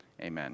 Amen